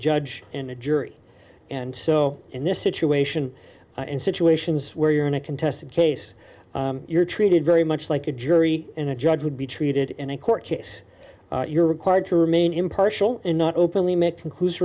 judge and a jury and so in this situation in situations where you're in a contested case you're treated very much like a jury and a judge would be treated in a court case you're required to remain impartial and not openly